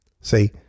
See